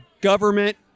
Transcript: government